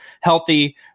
healthy